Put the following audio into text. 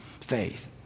faith